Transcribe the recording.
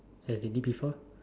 as they did before